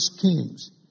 Kings